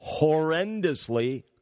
horrendously